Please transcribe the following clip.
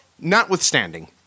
notwithstanding